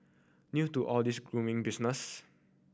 new to all this grooming business